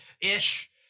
ish